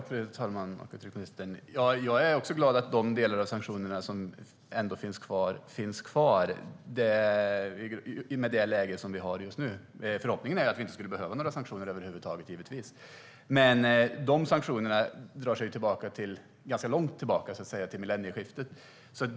Fru talman! Utrikesministern! Jag är också glad att delar av sanktionerna ändå finns kvar i och med det läge som är just nu. Förhoppningen är givetvis att vi inte skulle behöva några sanktioner över huvud taget. Men dessa sanktioner går ganska långt tillbaka, till millennieskiftet.